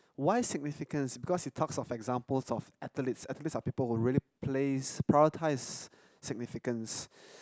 why significance because it talks of examples of athletes athletes are people who really plays prioritize significance